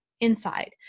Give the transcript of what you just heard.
inside